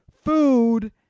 food